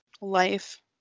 life